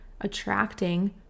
attracting